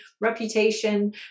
reputation